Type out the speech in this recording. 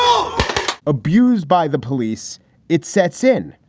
um abused by the police it sets in.